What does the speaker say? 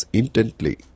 intently